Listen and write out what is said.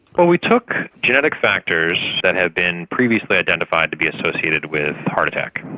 but we took genetic factors that had been previously identified to be associated with heart attack.